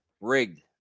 Rigged